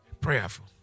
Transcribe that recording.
Prayerful